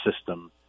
system